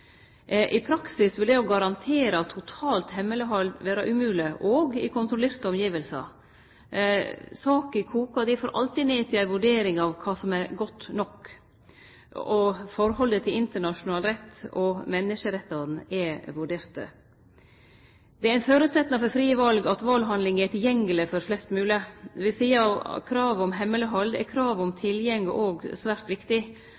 I praksis vil det å garantere totalt hemmeleghald vere umogleg òg i kontrollerte omgivnader. Saka koker difor alltid ned til ei vurdering av kva som er godt nok, og forholdet til internasjonal rett og menneskerettane er vurdert. Det er ein føresetnad for frie val at valhandlinga er tilgjengeleg for flest mogleg. Ved sida av kravet om hemmeleghald er kravet om tilgjenge òg svært viktig,